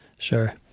Sure